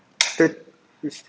third this